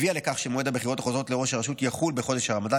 הביאה לכך שמועד הבחירות החוזרות לראש הרשות יחול בחודש הרמדאן.